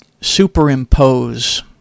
superimpose